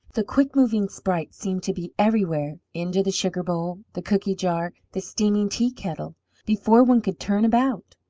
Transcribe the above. the quick-moving sprite seemed to be everywhere into the sugar-bowl, the cooky jar, the steaming teakettle before one could turn about.